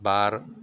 बार